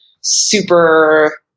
super